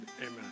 amen